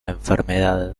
enfermedad